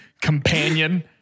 Companion